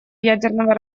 ядерного